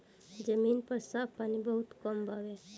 जमीन पर साफ पानी बहुत कम बावे